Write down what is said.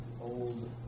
old